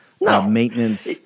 Maintenance